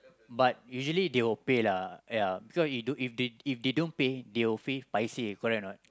but usually they will pay lah ya because if don't if they if they don't pay they will feel paiseh correct or not